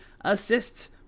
assists